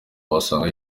wasanga